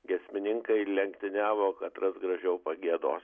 giesmininkai lenktyniavo katras gražiau pagiedos